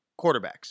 Quarterbacks